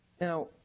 Now